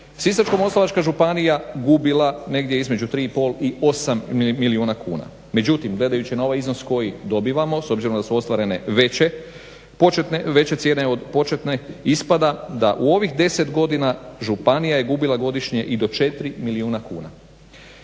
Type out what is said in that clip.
Sisačko-moslavačka županija gubila negdje između tri i pol i osam milijuna kuna. Međutim gledajući na ovaj iznos koji dobivamo s obzirom da su ostvarene veće cijene od početne ispada da u ovih deset godina županija je gubila godišnje i do četiri milijuna kuna,